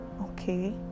okay